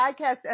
podcast